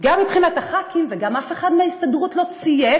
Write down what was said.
גם מבחינת הח"כים, וגם אף אחד מההסתדרות לא צייץ,